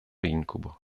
incubo